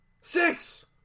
six